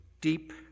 deep